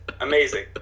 amazing